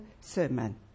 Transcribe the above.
sermon